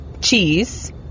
cheese